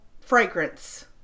fragrance